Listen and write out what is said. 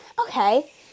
okay